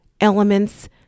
elements